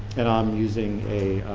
and i'm using a,